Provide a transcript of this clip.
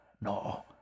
no